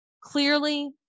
Clearly